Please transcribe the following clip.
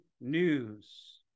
news